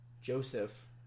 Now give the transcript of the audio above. joseph